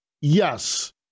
yes